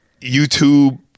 YouTube